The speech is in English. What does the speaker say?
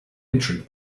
entering